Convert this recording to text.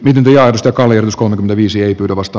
dementiastakaan ei uskonut viisi ei kovasta